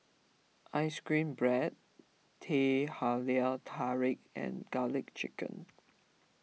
Ice Cream Bread Teh Halia Tarik and Garlic Chicken